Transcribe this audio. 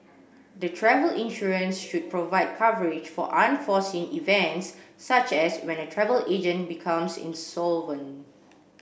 the travel insurance should provide coverage for unforeseen events such as when a travel agent becomes insolvent